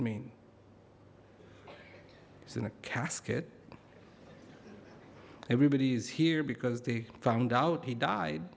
it's in a casket everybody's here because they found out he died